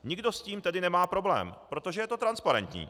Nikdo s tím tedy nemá problém, protože je to transparentní.